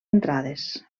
entrades